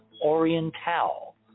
Oriental